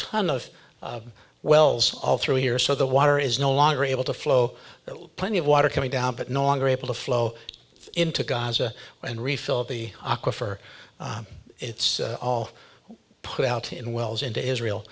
ton of wells all through here so the water is no longer able to flow plenty of water coming down but no longer able to flow into gaza and refill the aquifer it's all put out in wells into israel